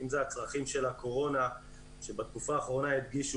אם אלה הצרכים של הקורונה - שבתקופה האחרונה הדגישו